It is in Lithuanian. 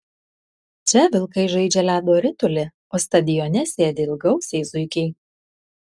čia vilkai žaidžia ledo ritulį o stadione sėdi ilgaausiai zuikiai